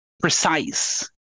precise